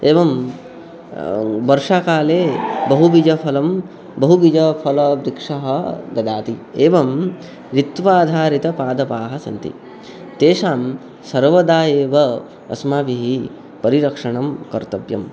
एवं वर्षाकाले बहुबिजफलं बहुबिजफलवृक्षः ददाति एवं ऋत्वाधारितपादपाः सन्ति तेषां सर्वदा एव अस्माभिः परिरक्षणं कर्तव्यम्